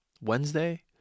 Wednesday